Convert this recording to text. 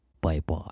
bye-bye